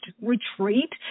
retreat